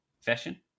fashion